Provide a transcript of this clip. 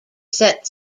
set